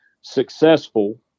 successful